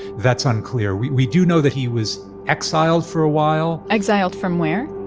that's unclear. we we do know that he was exiled for a while exiled from where?